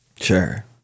Sure